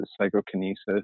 psychokinesis